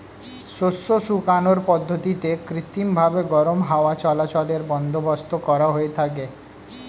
শস্য শুকানোর পদ্ধতিতে কৃত্রিমভাবে গরম হাওয়া চলাচলের বন্দোবস্ত করা হয়ে থাকে